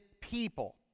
people